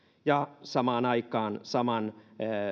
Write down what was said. ja samaan aikaan saman